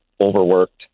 overworked